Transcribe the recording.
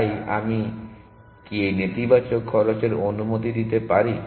তাই আমি কি নেতিবাচক খরচের অনুমতি দিতে পারি